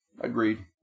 Agreed